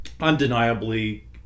Undeniably